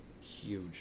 huge